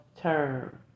term